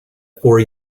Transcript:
four